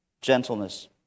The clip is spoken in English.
gentleness